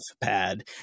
pad